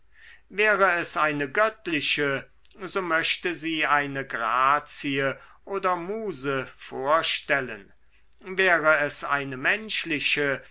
wäre es eine göttliche so möchte sie eine grazie oder muse vorstellen wäre es eine menschliche